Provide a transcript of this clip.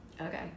Okay